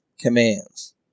commands